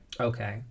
okay